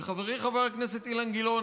וחברי חבר הכנסת אילן גילאון,